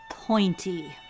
pointy